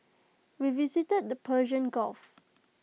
we visited the Persian gulf